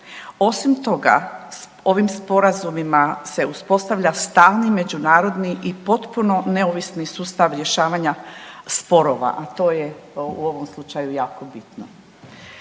Osim toga ovim sporazumima se uspostavlja stalni međunarodni i potpuno neovisni sustav rješavanja sporova, a to je u ovom slučaju jako bitno.